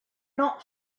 not